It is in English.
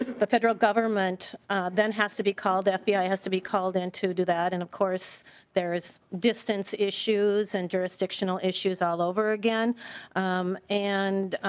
the federal government then has to be called. fbi has to be called in to do that and of course there's distance issues and jurisdictional issues all over again and